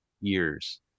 years